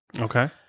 Okay